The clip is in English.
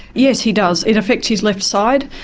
yes, he does, it affects his left side.